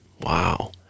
Wow